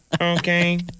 Okay